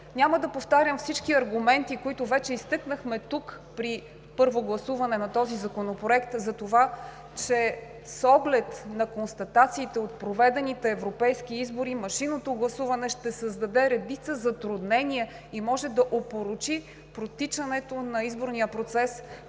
Няма да повтарям всички аргументи, които вече изтъкнахме тук при първо гласуване на този законопроект за това, че с оглед на констатациите от проведените европейски избори, машинното гласуване ще създаде редица затруднения и може да опорочи протичането на изборния процес